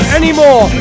anymore